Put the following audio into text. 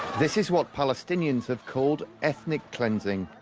this is what palestinians have called ethnic cleansing.